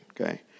Okay